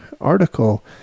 article